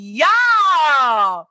y'all